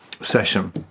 session